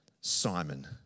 Simon